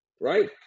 right